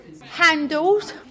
handles